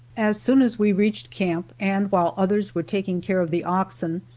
as soon as we reached camp and while others were taking care of the oxen,